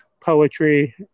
poetry